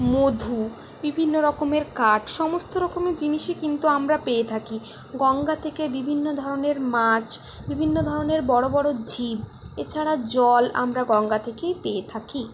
মধু বিভিন্ন রকমের কাঠ সমস্ত রকমের জিনিসই কিন্তু আমরা পেয়ে থাকি গঙ্গা থেকে বিভিন্ন ধরনের মাছ বিভিন্ন ধরনের বড়ো বড়ো জীব এছাড়া জল আমরা গঙ্গা থেকেই পেয়ে থাকি